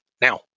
Now